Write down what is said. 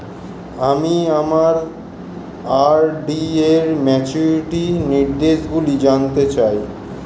আমি আমার আর.ডি র ম্যাচুরিটি নির্দেশগুলি জানতে চাই